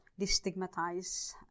destigmatize